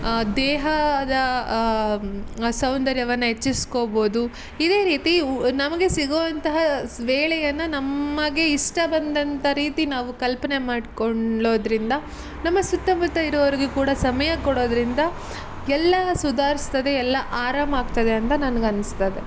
ದೇಹದ ಸೌಂದರ್ಯವನ್ನು ಹೆಚ್ಚಿಸ್ಕೋಬೋದು ಇದೇ ರೀತಿ ಉ ನಮಗೆ ಸಿಗುವಂತಹ ಸ ವೇಳೆಯನ್ನು ನಮಗೆ ಇಷ್ಟ ಬಂದಂತಹ ರೀತಿ ನಾವು ಕಲ್ಪನೆ ಮಾಡಿಕೊಳ್ಳೋದ್ರಿಂದ ನಮ್ಮ ಸುತ್ತಮುತ್ತಇರೋರಿಗು ಕೂಡ ಸಮಯ ಕೊಡೋದರಿಂದ ಎಲ್ಲ ಸುಧಾರಿಸ್ತದೆ ಎಲ್ಲ ಆರಾಮ ಆಗ್ತದೆ ಅಂತ ನನಗೆ ಅನಿಸ್ತದೆ